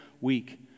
week